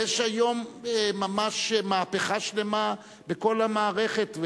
אבל יש היום ממש מהפכה שלמה בכל המערכת,